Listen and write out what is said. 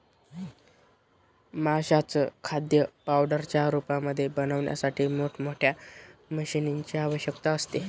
माशांचं खाद्य पावडरच्या रूपामध्ये बनवण्यासाठी मोठ मोठ्या मशीनीं ची आवश्यकता असते